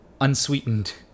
unsweetened